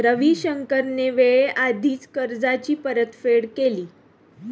रविशंकरने वेळेआधीच कर्जाची परतफेड केली